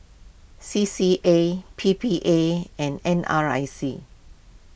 C C A P P A and N R I C